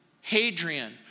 Hadrian